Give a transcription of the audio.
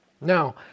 Now